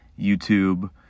YouTube